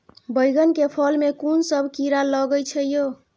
बैंगन के फल में कुन सब कीरा लगै छै यो?